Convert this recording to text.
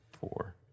four